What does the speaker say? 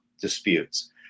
disputes